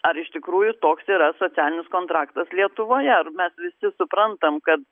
ar iš tikrųjų toks yra socialinis kontraktas lietuvoje ar mes visi suprantam kad